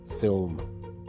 film